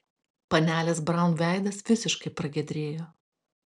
panelės braun veidas visiškai pragiedrėjo